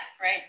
right